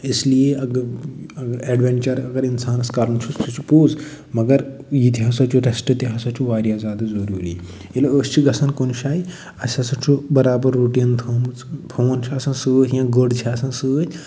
اِسلیے اَگر اگر اٮ۪ڈوٮ۪نچر اَگر اِنسانَس کَرُن چھُ سُہ چھُ پوٚز مَگر یہِ تہِ ہسا چھُ رٮ۪سٹ تہِ ہسا چھُ واریاہ زیادٕ ضٔروٗری ییٚلہِ أسۍ چھِ گژھان کُنہِ جایہِ اَسہِ ہسا چھُ برابر روٗٹیٖن تھٲومٕژ فون چھِ آسان سۭتۍ یا گٔر چھِ آسان سۭتۍ